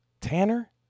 Tanner